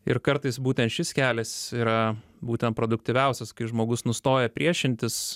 ir kartais būtent šis kelias yra būtent produktyviausias kai žmogus nustoja priešintis